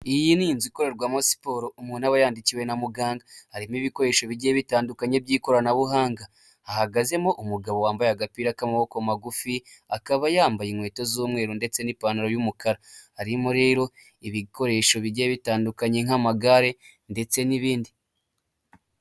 Iyi ni inzu ikorerwamo siporo umuntu aba yandikiwe na muganga. Harimo ibikoresho bigiye bitandukanye by'ikoranabuhanga, hahagazemo umugabo wambaye agapira k'amaboko magufi, akaba yambaye inkweto z'umweru ndetse n'ipantaro y'umukara. Harimo rero ibikoresho bigiye bitandukanye nk'amagare ndetse n'ibindi.